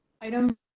Item